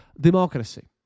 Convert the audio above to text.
democracy